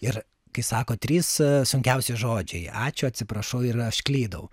ir kai sako trys sunkiausi žodžiai ačiū atsiprašau ir aš klydau